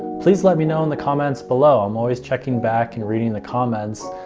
please let me know in the comments below. i'm always checking back and reading the comments,